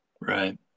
Right